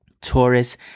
Taurus